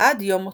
עד יום מותה.